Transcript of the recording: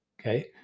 Okay